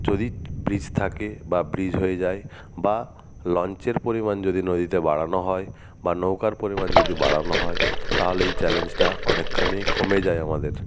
যদি ব্রিজ থাকে বা ব্রিজ হয়ে যায় বা লঞ্চের পরিমাণ যদি নদীতে বাড়ানো হয় বা নৌকার পরিমাণ যদি বাড়ানো হয় তাহলে এই চ্যালেঞ্জটা অনেকখানিই কমে যায় আমাদের